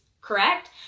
correct